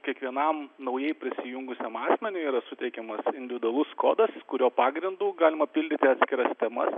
kiekvienam naujai prisijungusiam asmeniui yra suteikiamas individualus kodas kurio pagrindu galima pildyti atskiras temas